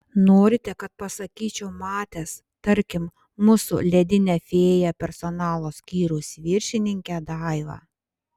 norite kad pasakyčiau matęs tarkim mūsų ledinę fėją personalo skyriaus viršininkę daivą